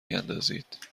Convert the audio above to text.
میندازید